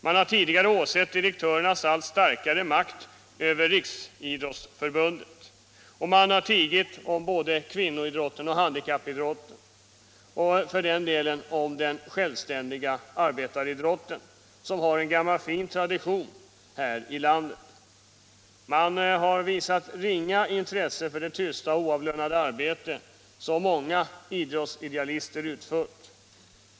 Man har tigande åsett direktörernas allt starkare makt över Riksidrottsförbundet. Och man har tigit om såväl kvinnoidrotten som handikappidrotten och — för den delen — den självständiga arbetaridrotten, som har en gammal fin tradition här i landet. Man har visat ringa intresse för det tysta oavlönade arbete som många idrottsidealister utfört.